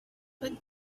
but